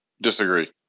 Disagree